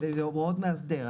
אלה הוראות מאסדר.